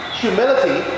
humility